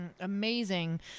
Amazing